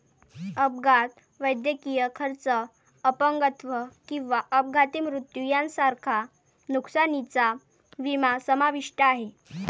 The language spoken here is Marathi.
अपघात, वैद्यकीय खर्च, अपंगत्व किंवा अपघाती मृत्यू यांसारख्या नुकसानीचा विमा समाविष्ट आहे